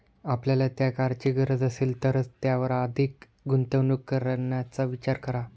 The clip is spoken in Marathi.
आपल्याला त्या कारची गरज असेल तरच त्यावर अधिक गुंतवणूक करण्याचा विचार करा